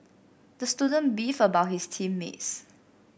the student beefed about his team mates